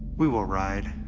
we will ride,